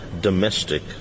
domestic